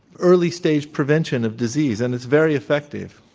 early stage prevention of disease, and it's very effective.